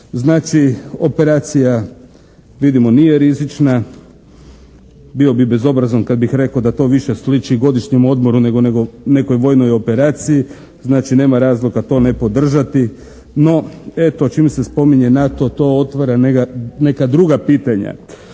Znači, operacija vidimo nije rizična. Bio bih bezobrazan kada bih rekao da to više sliči godišnjem odmoru nego nekoj vojnoj operaciji. Znači, nema razloga to ne podržati. No, eto čim se spominje NATO to otvara neka druga pitanja.